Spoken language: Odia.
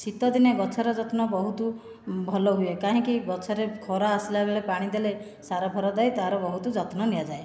ଶୀତଦିନେ ଗଛର ଯତ୍ନ ବହୁତ ଭଲ ହୁଏ କାହିଁକି ଗଛରେ ଖରା ଆସିଲାବେଳେ ପାଣି ଦେଲେ ସାର ଫାର ଦେଇ ତା'ର ବହୁତ ଯତ୍ନ ନିଆଯାଏ